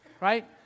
right